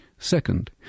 Second